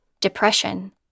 depression